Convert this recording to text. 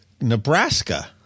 Nebraska